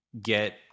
get